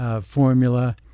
formula